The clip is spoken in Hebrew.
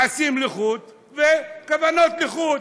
מעשים לחוד וכוונות לחוד.